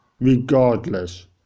regardless